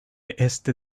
este